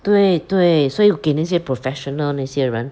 对对所以给那些 professional 那些人